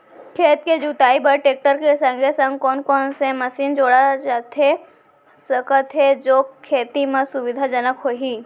खेत के जुताई बर टेकटर के संगे संग कोन कोन से मशीन जोड़ा जाथे सकत हे जो खेती म सुविधाजनक होही?